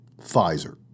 Pfizer